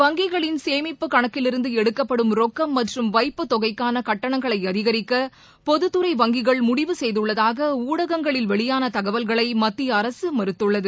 வங்கிகளின் சேமிப்புக் கணக்கிலிருந்து எடுக்கப்படும் ரொக்கம் மற்றும் வைப்புத் தொகைக்கான கட்டணங்களை அதிகரிக்க பொதுத் துறை வங்கிகள் முடிவு செய்துள்ளதாக ஊடகங்களில் வெளியான தகவல்களை மத்திய அரசு மறுத்துள்ளது